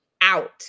out